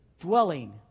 dwelling